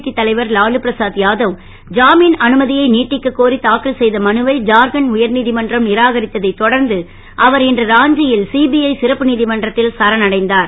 D தலைவர் லாலு பிரசாத் யாதவ் ஜாமீன் அனுமதியை நீட்டிக்கக் கோரி தாக்கல் செய்த மனுவை ஜார்கண்ட் உயர்நீதிமன்றம் நிராகரித்ததை தொடர்ந்து அவர் இன்று ராஞ்சியில் சிபிஜ சிறப்பு நீதிமன்றத்தில் சரண் அடைந்தார்